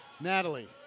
Natalie